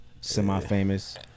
semi-famous